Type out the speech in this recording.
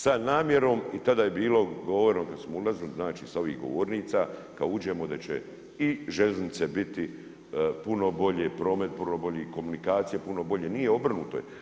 Sa namjerom i tada je bilo govorim kad smo ulazili sa ovih govornica, kad uđemo da će i željeznice biti puno bolje, promet puno bolje, komunikacija puno bolje, nije obrnuto je.